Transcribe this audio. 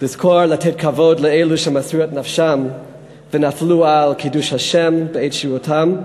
לזכור ולתת כבוד לאלה שמסרו נפשם ונפלו על קידוש השם בעת שירותם.